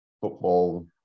football